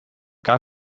got